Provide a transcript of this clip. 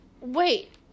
Wait